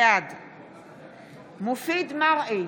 בעד מופיד מרעי,